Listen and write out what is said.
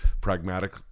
pragmatic